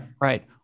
Right